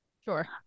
sure